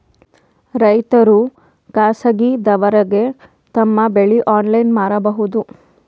ರೈತರು ಖಾಸಗಿದವರಗೆ ತಮ್ಮ ಬೆಳಿ ಆನ್ಲೈನ್ ಮಾರಬಹುದು?